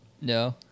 No